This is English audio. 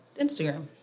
Instagram